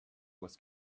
was